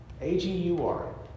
A-G-U-R